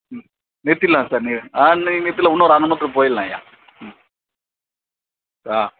ம் நிறுத்திடுலாம் சார் நிறு ஆ இங்கே நிறுத்திடுலாம் சார் இன்னும் ஒரு அரை மணி நேரத்தில் போயிடுலாம்யா ம் ஆ